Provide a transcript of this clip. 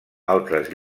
altres